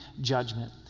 judgment